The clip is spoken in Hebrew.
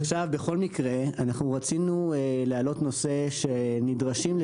אנחנו רצינו להעלות נושא שנדרשים בו,